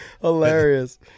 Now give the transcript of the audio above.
hilarious